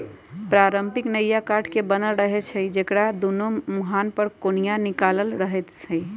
पारंपरिक नइया काठ के बनल रहै छइ जेकरा दुनो मूहान पर कोनिया निकालल रहैत हइ